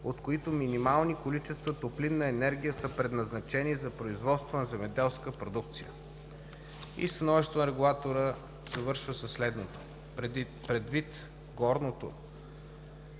от които минимални количества топлинна енергия са предназначени за производство на земеделска продукция.“ И становището на регулатора завършва със следното: „Предвид горното,